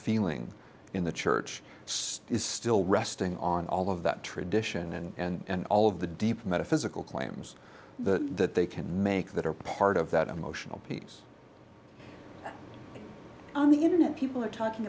feeling in the church state is still resting on all of that tradition and all of the deep metaphysical claims the that they can make that are part of that emotional piece on the internet people are talking